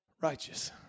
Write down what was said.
righteous